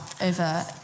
over